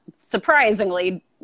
surprisingly